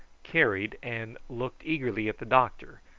carried, and looked eagerly at the doctor,